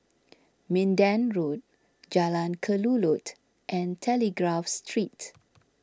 Minden Road Jalan Kelulut and Telegraph Street